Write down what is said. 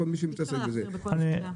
אי אפשר להחזיר בכל נקודה.